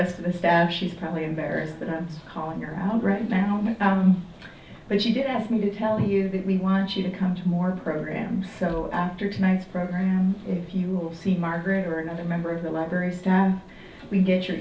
of the staff she's probably embarrassed that i'm calling her out grand now but she did ask me to tell you that we want you to come to more program so after tonight's program if you will see margaret or another member of the library staff we get your